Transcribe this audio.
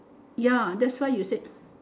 ya that's why you said